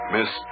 Miss